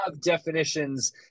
definitions